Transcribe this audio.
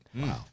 Wow